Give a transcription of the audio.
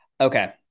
Okay